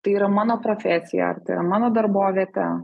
tai yra mano profesija ar tai yra mano darbovietė